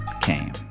came